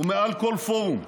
ובכל פורום.